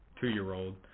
two-year-old